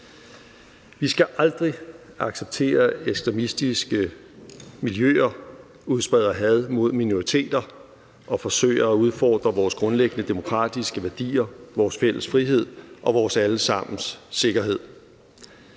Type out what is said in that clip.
Vi skal aldrig acceptere, ekstremistiske miljøer udspreder had mod minoriteter og forsøger at udfordre vores grundlæggende demokratiske værdier, vores fælles frihed og vores alle sammens sikkerhed.